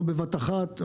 לא בבת אחת,